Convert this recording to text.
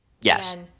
Yes